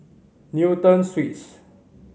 Newton Suites